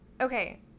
Okay